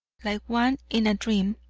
like one in a dream,